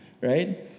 right